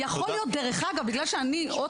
בגלל שאני,